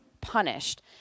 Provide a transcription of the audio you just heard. punished